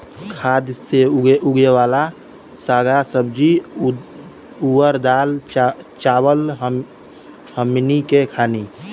खाद से उगावल साग सब्जी अउर दाल चावल हमनी के खानी